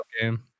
game